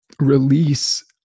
release